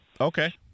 okay